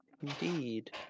Indeed